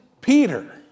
Peter